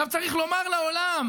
עכשיו צריך לומר לעולם,